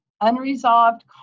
unresolved